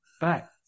back